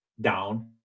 down